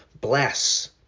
bless